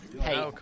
hey